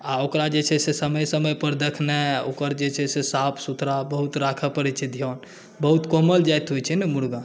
आ ओकरा जे छै से समय समय पर देखनाइ ओकर जे छै से साफ सुथरा बहुत राखऽ पड़ै छै ध्यान बहुत कोमल जाति होइ छै ने मुर्गा